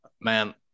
man